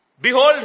Behold